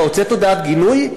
הוצאת הודעת גינוי?